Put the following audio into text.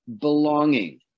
belonging